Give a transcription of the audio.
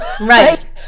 Right